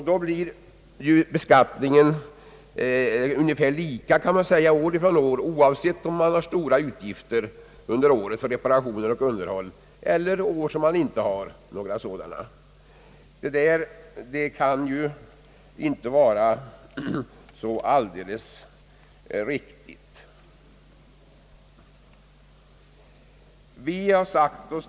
Då blir beskattningen av ungefär samma storlek år från år, oavsett om man har haft stora utgifter under ett år för reparationer och underhåll men inte några sådana utgifter under ett annat år. Detta kan inte vara riktigt.